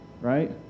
right